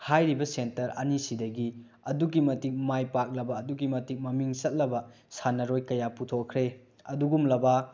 ꯍꯥꯏꯔꯤꯕ ꯁꯦꯟꯇꯔ ꯑꯅꯤꯁꯤꯗꯒꯤ ꯑꯗꯨꯛꯀꯤ ꯃꯇꯤꯛ ꯃꯥꯏ ꯄꯥꯛꯂꯕ ꯑꯗꯨꯛꯀꯤ ꯃꯇꯤꯛ ꯃꯃꯤꯡ ꯆꯠꯂꯕ ꯁꯥꯟꯅꯔꯣꯏ ꯀꯌꯥ ꯄꯨꯊꯣꯛꯈ꯭ꯔꯦ ꯑꯗꯨꯒꯨꯝꯂꯕ